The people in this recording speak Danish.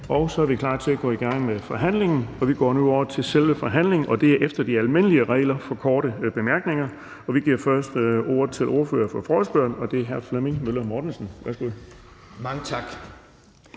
Så er vi klar til at gå i gang med selve forhandlingen, og det er efter de almindelige regler for korte bemærkninger. Vi giver først ordet til ordføreren for forespørgerne, og det er hr. Flemming Møller Mortensen. Værsgo. Kl.